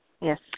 yes